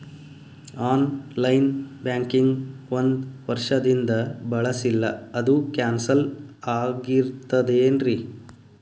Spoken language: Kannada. ಆನ್ ಲೈನ್ ಬ್ಯಾಂಕಿಂಗ್ ಒಂದ್ ವರ್ಷದಿಂದ ಬಳಸಿಲ್ಲ ಅದು ಕ್ಯಾನ್ಸಲ್ ಆಗಿರ್ತದೇನ್ರಿ?